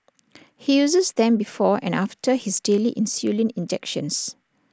he uses them before and after his daily insulin injections